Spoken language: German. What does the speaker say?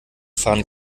fahren